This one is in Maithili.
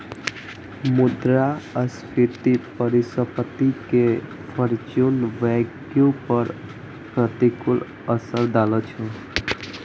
मुद्रास्फीति परिसंपत्ति के फ्यूचर वैल्यू पर प्रतिकूल असर डालै छै